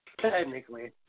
Technically